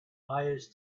hires